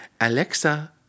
Alexa